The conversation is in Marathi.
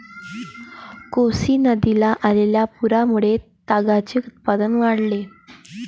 कोसी नदीला आलेल्या पुरामुळे तागाचे उत्पादन वाढले